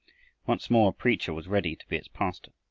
once more a preacher was ready to be its pastor.